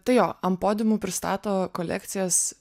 tai jo ant podiumų pristato kolekcijas